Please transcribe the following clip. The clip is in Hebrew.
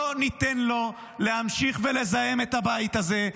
לא ניתן לו להמשיך ולזהם את הבית הזה.